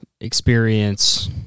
experience